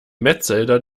metzelder